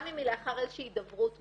גם אם היא לאחר איזושהי הידברות מולו.